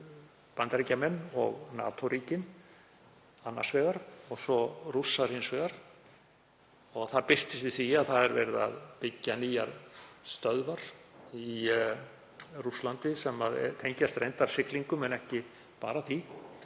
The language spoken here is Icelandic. hitt eru Bandaríkjamenn og NATO-ríkin annars vegar og svo Rússar hins vegar. Það birtist í því að verið er að byggja nýjar stöðvar í Rússlandi sem tengjast reyndar siglingum en ekki bara því